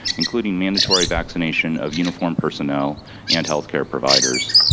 including mandatory vaccination of uniform personnel and healthcare providers.